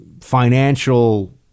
financial